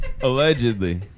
Allegedly